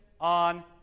on